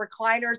recliners